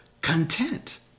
content